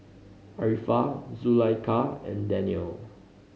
Arifa Zulaikha and Daniel